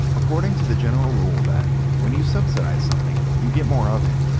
according to the general rule that when you subsidize something, you get more of it,